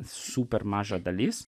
super maža dalis